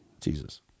jesus